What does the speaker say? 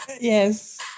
yes